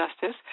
justice